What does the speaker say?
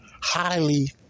highly